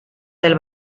del